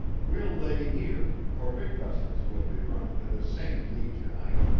we'll lay here, for big vessels will be running for this same lee to-night,